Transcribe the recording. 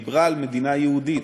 שדיברה על מדינה יהודית.